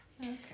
Okay